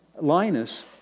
Linus